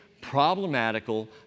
problematical